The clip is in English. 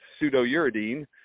pseudouridine